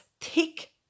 thick